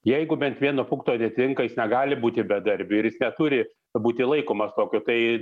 jeigu bent vieno punkto neatitinka jis negali būti bedarbiu ir jis neturi būti laikomas tokiu tai